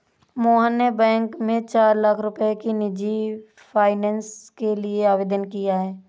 मोहन ने बैंक में चार लाख रुपए की निजी फ़ाइनेंस के लिए आवेदन किया है